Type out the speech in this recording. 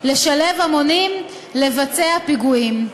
לשלהב המונים לבצע פיגועים.